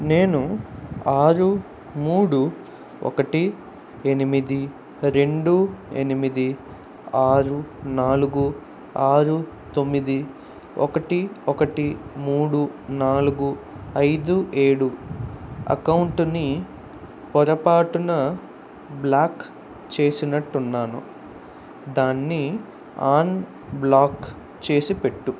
నేను ఆరు మూడు ఒకటి ఎనిమిది రెండు ఎనిమిది ఆరు నాలుగు ఆరు తొమ్మిది ఒకటి ఒకటి మూడు నాలుగు ఐదు ఏడు అకౌంటుని పొరపాటున బ్లాక్ చేసినట్టున్నాను దాన్ని అన్బ్లాక్ చేసిపెట్టుము